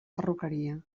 perruqueria